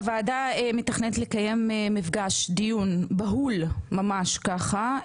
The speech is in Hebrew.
הוועדה מתכננת לקיים מפגש, דיון בהול, ממש ככה,